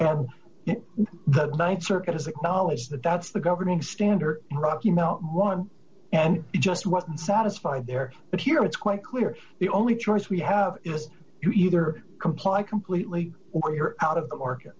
in the th circuit has acknowledged that that's the governing standard rocky milk one and it just wasn't satisfied there but here it's quite clear the only choice we have is you either comply completely or you're out of the market